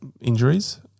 injuries